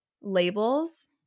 labels